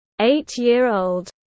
eight-year-old